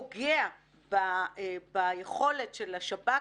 פוגע ביכולת של השב"כ,